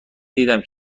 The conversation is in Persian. دیدم